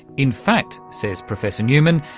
in fact, says professor newman,